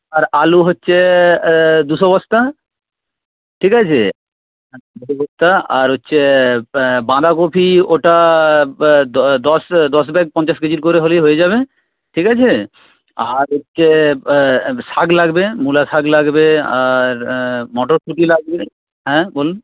আর আলু হচ্ছে এ দুশো বস্তা ঠিক আছে দুশো বস্তা আর হচ্ছে বাঁধাকপি ওটা দশ দশ ব্যাগ পঞ্চাশ কেজির করে হলেই হয়ে যাবে ঠিক আছে আর হচ্ছে শাক লাগবে মূলা শাক লাগবে আর মটরশুঁটি লাগবে হ্যাঁ বলুন